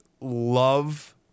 love